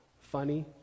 funny